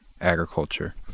agriculture